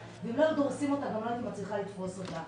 ואם לא היו דורסים אותה גם לא הייתי מצליחה לתפוס אותה,